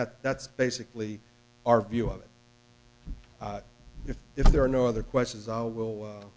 that that's basically our view of it if if there are no other questions